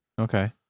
Okay